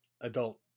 adult